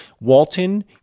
Walton